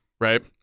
right